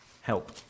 help